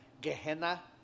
Gehenna